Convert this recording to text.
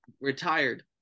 retired